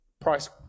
price